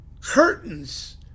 curtains